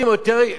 רבותי,